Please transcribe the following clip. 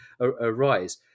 arise